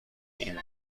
این